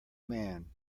man